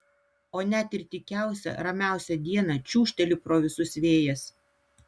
o net ir tykiausią ramiausią dieną čiūžteli pro visus vėjas